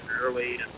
early